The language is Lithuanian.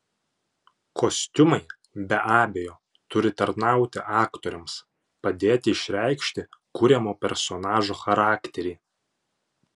kostiumai be abejo turi tarnauti aktoriams padėti išreikšti kuriamo personažo charakterį